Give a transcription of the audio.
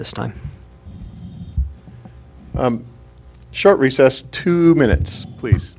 this time short recess two minutes please